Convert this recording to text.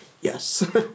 Yes